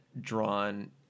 drawn